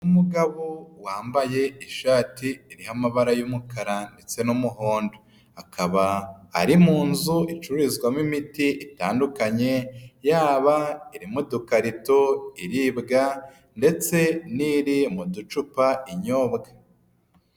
Umugabo wambaye ishati iriho amabara y'umukara ndetse n'umuhondo. Akaba ari mu nzu icururizwamo imiti itandukanye, yaba iri mu dukarito iribwa ndetse n'iri mu ducupa inyobwa.